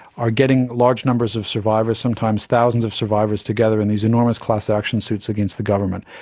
are getting large numbers of survivors, sometimes thousands of survivors together in these enormous class action suits against the government.